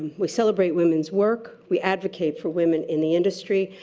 we celebrate women's work, we advocate for women in the industry,